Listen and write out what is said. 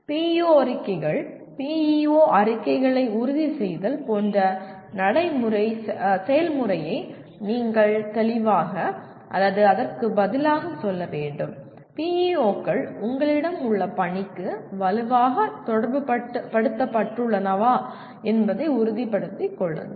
PEO அறிக்கைகள் PEO அறிக்கைகளை உறுதி செய்தல் போன்ற செயல்முறையை நீங்கள் தெளிவாக அல்லது அதற்கு பதிலாக சொல்ல வேண்டும் PEO கள் உங்களிடம் உள்ள பணிக்கு வலுவாக தொடர்புபடுத்தபட்டுள்ளனவா என்பதை உறுதிப்படுத்திக் கொள்ளுங்கள்